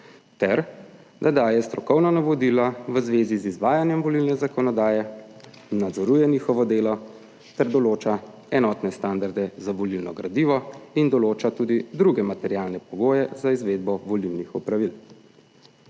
ter da daje strokovna navodila v zvezi z izvajanjem volilne zakonodaje, nadzoruje njihovo delo ter določa enotne standarde za volilno gradivo in določa tudi druge materialne pogoje za izvedbo volilnih opravil.